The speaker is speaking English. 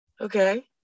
Okay